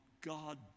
God